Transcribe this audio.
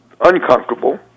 uncomfortable